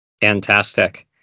Fantastic